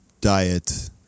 diet